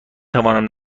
توانم